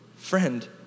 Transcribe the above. Friend